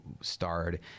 starred